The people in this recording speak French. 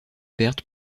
pertes